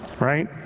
Right